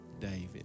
David